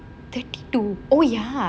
thirty two oh ya